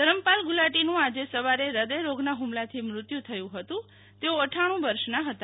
ધરમપાલ ગુલાટીનું આજે સવારે હદયરોગના હુમલાથી મૃત્યુ થયું હતું તેઓ અફાણું વર્ષનાં હતા